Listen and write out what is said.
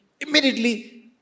immediately